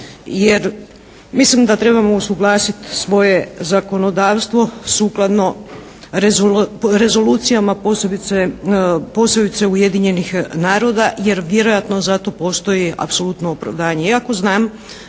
Jer mislim da trebamo usuglasiti svoje zakonodavstvo sukladno rezolucijama, posebice Ujedinjenih naroda, jer vjerojatno za to postoji apsolutno opravdanje.